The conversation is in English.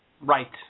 Right